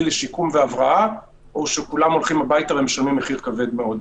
לשיקום והבראה או שכולם הולכים הביתה ומשלמים מחיר כבד מאוד.